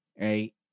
right